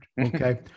okay